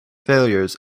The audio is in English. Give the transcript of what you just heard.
failures